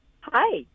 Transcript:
Hi